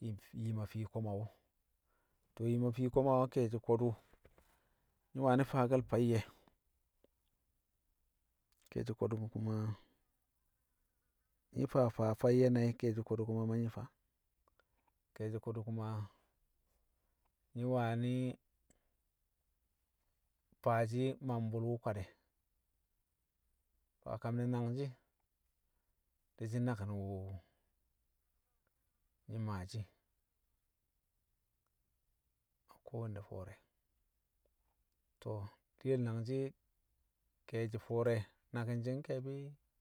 yim a fii koma wṵ. To̱ yim a fii koma wṵ ke̱e̱shi̱ ko̱dṵ nyi̱ wani faake̱l fayye̱, ke̱e̱shi̱ ko̱du̱ kuma nyi̱ faa faa fayye̱ nai̱ ke̱e̱shi̱ ko̱dṵ kuma ma nyi faa. Ke̱e̱shi̱ ko̱dṵ ku̱ma nyi wani̱ faashi̱ ma mbṵl wṵ kwad e̱, a kam ne nangshi̱ di̱shi̱ naki̱n wṵ nyi̱ maashi̱ e̱ kowanne fo̱o̱re̱. To̱ diyel nangshi̱ ke̱e̱shi̱ fo̱o̱re̱ naki̱n nke̱e̱bi̱